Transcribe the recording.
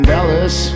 Dallas